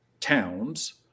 towns